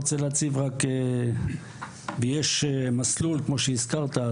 יש מסלול כמו שהזכרת,